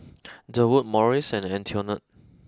Durwood Morris and Antionette